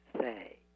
say